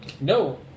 No